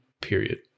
Period